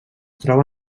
troba